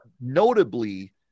notably